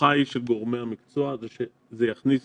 ההערכה של גורמי המקצוע היא שזה יכניס